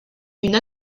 une